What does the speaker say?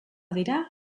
dira